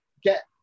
get